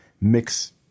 mix